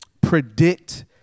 predict